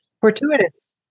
fortuitous